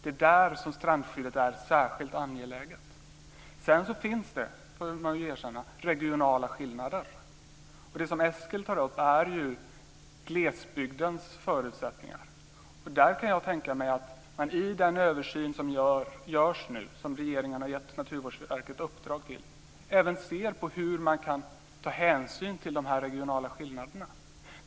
Det är där som strandskyddet är särskilt angeläget. Sedan finns det regionala skillnader - det får man väl erkänna. Eskil tar upp glesbygdens förutsättningar. Där kan jag tänka mig att man i den översyn som regeringen nu har gett Naturvårdsverket i uppdrag att göra även ser på hur man kan ta hänsyn till de regionala skillnaderna.